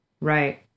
Right